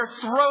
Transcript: throat